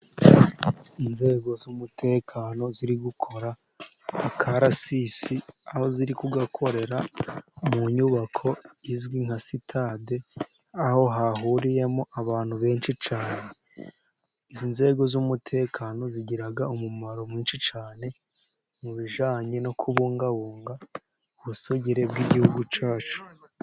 Inzego z'umutekano ziri gukora akarasisi aho ziri kugakorera mu nyubako izwi nka sitade, aho hahuriyemo abantu benshi cyane. Izi nzego z'umutekano zigira umumaro mwinshi cyane mu bijyanye no kubungabunga ubusugire bw'igihugu cyacu.